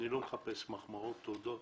אני לא מחפש מחמאות ותודות.